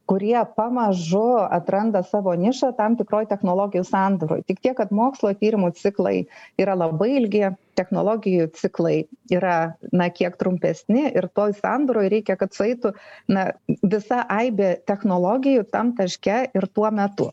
kurie pamažu atranda savo nišą tam tikroj technologijų sandūroj tik tiek kad mokslo tyrimų ciklai yra labai ilgi technologijų ciklai yra na kiek trumpesni ir toj sandūroj reikia kad sueitų na visa aibė technologijų tam taške ir tuo metu